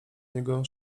niego